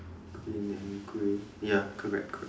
green and grey ya correct correct